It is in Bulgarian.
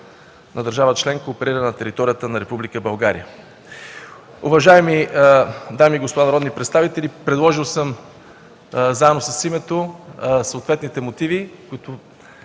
на държава членка оперира на територията на Република България. Уважаеми дами и господа народни представители! Предложил съм заедно с името съответните мотиви, които